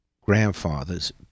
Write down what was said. grandfathers